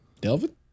Delvin